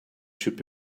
should